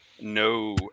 No